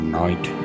night